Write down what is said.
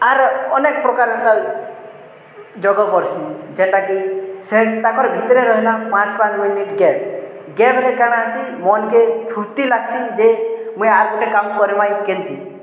ଆର୍ ଅନେକ୍ ପ୍ରକାର ଏନ୍ତା ଯୋଗ କର୍ସିଁ ଯେନ୍ଟାକି ତାଙ୍କର୍ ଭିତରେ ରହିଲା ପାଞ୍ଚ୍ ପାଞ୍ଚ୍ ମିନିଟ୍ ଗେପ୍ ଗେପ୍ରେ କାଣା ହେସି ମନ୍କେ ଫୁର୍ତ୍ତି ଲାଗ୍ସି ଯେ ମୁଇଁ ଆରଗୁଟେ କାମ୍